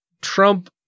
Trump